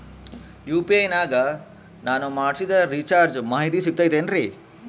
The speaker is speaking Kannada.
ಯು.ಪಿ.ಐ ನಾಗ ನಾನು ಮಾಡಿಸಿದ ರಿಚಾರ್ಜ್ ಮಾಹಿತಿ ಸಿಗುತೈತೇನ್ರಿ?